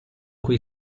cui